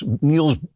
Niels